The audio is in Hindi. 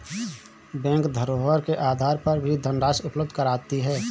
बैंक धरोहर के आधार पर भी धनराशि उपलब्ध कराती है